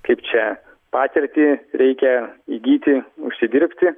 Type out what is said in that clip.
kaip čia patirtį reikia įgyti užsidirbti